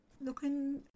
Looking